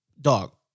Dog